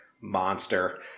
monster